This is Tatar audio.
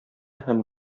һәм